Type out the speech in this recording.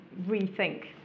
rethink